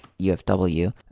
ufw